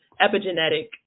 epigenetic